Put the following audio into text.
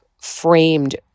framed